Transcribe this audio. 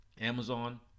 Amazon